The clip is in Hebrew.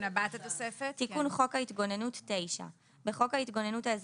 הבא 9.תיקון חוק ההתגוננות בחוק ההתגוננות האזרחית,